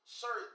sir